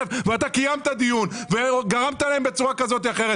שר כלכלה שהגיע בצורה כזאת או אחרת